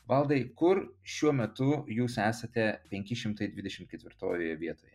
valdai kur šiuo metu jūs esate penki šimtai dvidešimt ketvirtojoje vietoje